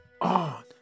on